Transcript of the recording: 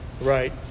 Right